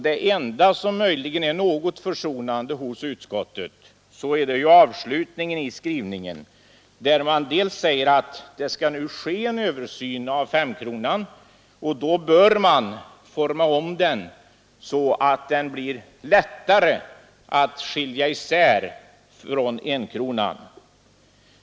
Det enda som möjligen är något försonande i utskottets betänkande är avslutningen, där utskottet säger att det nu skall göras en översyn av femkronan och att man då bör forma om den, så att den blir lättare skilja från enkronan.